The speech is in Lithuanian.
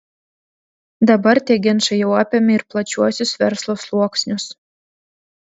dabar tie ginčai jau apėmė ir plačiuosius verslo sluoksnius